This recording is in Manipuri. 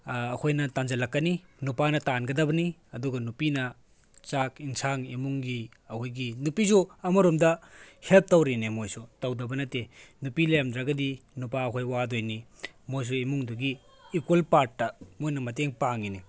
ꯑꯩꯈꯣꯏꯅ ꯇꯥꯟꯁꯤꯜꯂꯛꯀꯅꯤ ꯅꯨꯄꯥꯅ ꯇꯥꯟꯒꯗꯕꯅꯤ ꯑꯗꯨꯒ ꯅꯨꯄꯤꯅ ꯆꯥꯛ ꯑꯦꯟꯁꯥꯡ ꯏꯃꯨꯡꯒꯤ ꯑꯩꯈꯣꯏꯒꯤ ꯅꯨꯄꯤꯁꯨ ꯑꯃꯔꯣꯝꯗ ꯍꯦꯜꯞ ꯇꯧꯔꯤꯅꯦ ꯃꯣꯏꯁꯨ ꯇꯧꯗꯕ ꯅꯠꯇꯦ ꯅꯨꯄꯤ ꯂꯩꯔꯝꯗ꯭ꯔꯒꯗꯤ ꯅꯨꯄꯥ ꯑꯩꯈꯣꯏ ꯋꯥꯗꯣꯏꯅꯤ ꯃꯣꯏꯁꯨ ꯏꯃꯨꯡꯗꯨꯒꯤ ꯏꯀ꯭ꯋꯦꯜ ꯄꯥꯔꯠꯇ ꯃꯣꯏꯅ ꯃꯇꯦꯡ ꯄꯥꯡꯉꯤꯅꯤ